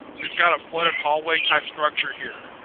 we've got a flooded hallway-type structure here.